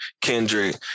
Kendrick